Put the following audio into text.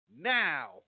Now